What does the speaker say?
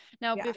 now